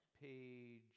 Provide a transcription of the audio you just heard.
page